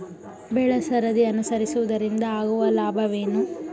ಬೆಳೆಸರದಿ ಅನುಸರಿಸುವುದರಿಂದ ಆಗುವ ಲಾಭವೇನು?